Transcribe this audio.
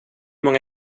många